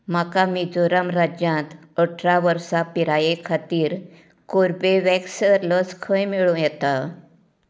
म्हाका मिझोराम राज्यांत अठरा वर्सां पिराये खातीर कोर्बेवॅक्स लस खंय मेळूं येता